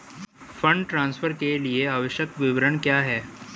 Fund transfer के लिए आवश्यक विवरण क्या हैं?